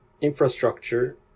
infrastructure